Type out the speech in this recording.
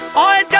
i